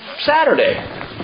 Saturday